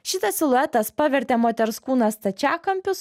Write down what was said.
šitas siluetas pavertė moters kūną stačiakampius